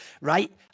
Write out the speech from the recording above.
right